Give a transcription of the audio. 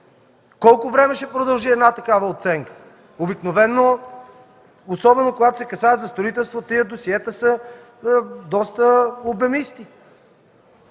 Колко време ще продължи една такава оценка? Обикновено, особено когато се касае за строителство, тези досиета са доста обемисти.